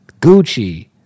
Gucci